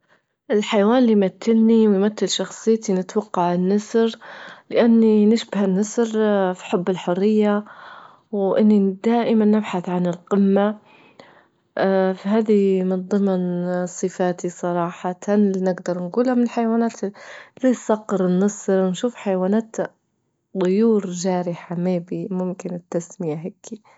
الحيوان اللي يمثلني ويمثل شخصيتي نتوقع النسر، لأني نشبه النسر في حب الحرية، وإني دائما نبحث عن القمة فهذي من ضمن صفاتي صراحة اللي نجدر نجولها من الحيوانات زي الصقر، النسر، نشوف حيوانات، طيور جارحة ممكن التسمية هيكي.